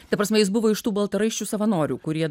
ta prasme jis buvo iš tų baltaraiščių savanorių kurie